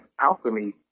alchemy